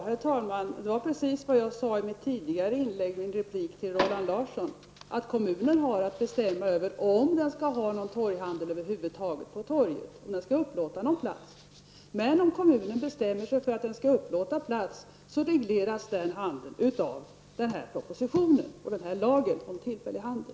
Herr talman! Det är precis vad jag har sagt tidigare i en replik till Roland Larsson. Kommunen har att bestämma om det skall finnas någon torghandel över huvud taget på torget. Det handlar alltså om att kommunen har rätt att bestämma om någon plats skall upplåtas. Om kommunen bestämmer sig för att upplåta plats, regleras handeln av de bestämmelser som föreslås i den här propositionen och av lagen om tillfällig handel.